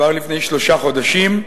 כבר לפני שלושה חודשים,